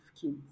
kids